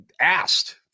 asked